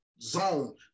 zone